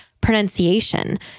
pronunciation